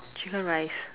chicken rice